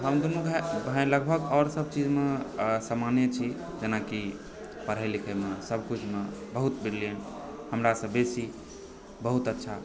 हम दुनु भाय लगभग आओर सब चीजमे समाने छी जेनाकि पढ़ए लिखैमे सब किछुमे बहुत ब्रिलियेन्ट हमरासँ बेसी बहुत अच्छा